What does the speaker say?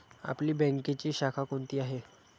आपली बँकेची शाखा कोणती आहे